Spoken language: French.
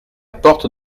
porte